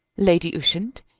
lady ushant,